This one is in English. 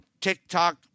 TikTok